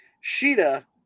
Sheeta